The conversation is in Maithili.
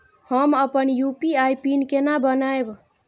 हम अपन यू.पी.आई पिन केना बनैब?